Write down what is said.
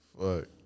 Fuck